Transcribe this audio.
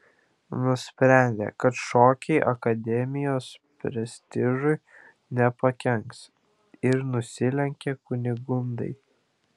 nusprendė kad šokiai akademijos prestižui nepakenks ir nusilenkė kunigundai